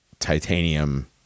Titanium